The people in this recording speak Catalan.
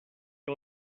que